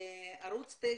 ערוץ 9,